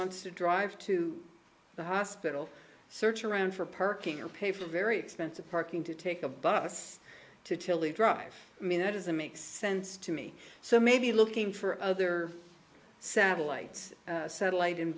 wants to drive to the hospital search around for parking or pay for very expensive parking to take a bus to chili drive i mean that is it makes sense to me so maybe looking for other satellites satellite in